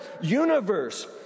universe